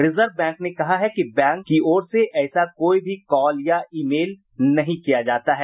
reserve bank ने कहा है कि बैंक की ओर से ऐसा कोई भी फोन कॉल या ई मेल नहीं किया जाता है